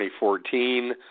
2014